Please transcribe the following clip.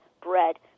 bread